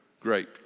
Great